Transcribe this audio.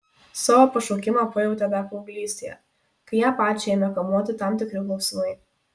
savo pašaukimą pajautė dar paauglystėje kai ją pačią ėmė kamuoti tam tikri klausimai